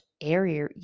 area